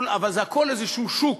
אבל זה הכול איזשהו שוק.